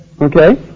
Okay